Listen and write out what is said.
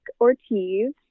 Ortiz